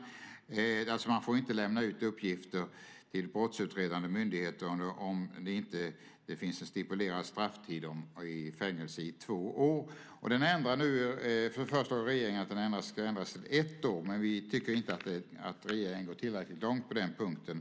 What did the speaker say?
Man får alltså inte lämna ut uppgifter till brottsutredande myndigheter om det inte finns en stipulerad strafftid i fängelse på två år. Den föreslår regeringen ska ändras till ett år, men vi tycker inte att regeringen går tillräckligt långt på den punkten.